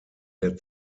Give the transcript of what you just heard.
der